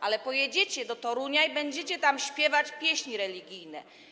Ale pojedziecie do Torunia i będziecie tam śpiewać pieśni religijne.